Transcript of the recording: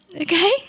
Okay